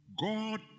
God